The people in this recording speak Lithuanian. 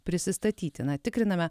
prisistatyti na tikriname